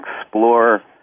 explore